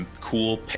cool